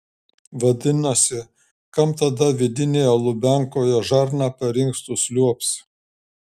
vadinasi kam tada vidinėje lubiankoje žarna per inkstus liuobs